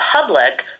public